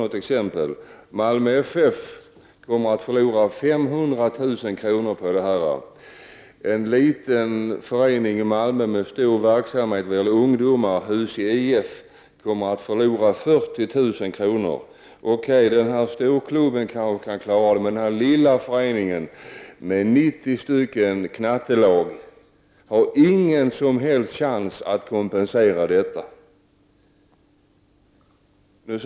Några exempel: Malmö FF kommer att förlora 500 000 kr., och en liten förening i Malmö med stor verksamhet bland ungdomar, Husie IF, kommer att förlora 40 000 kr. Okej, den stora klubben kan nog klara detta. Men den lilla föreningen med 90 knattelag har ingen som helst chans att kompensera bortfallet.